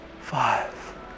five